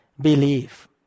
Believe